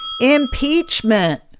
impeachment